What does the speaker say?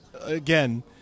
again